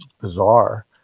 bizarre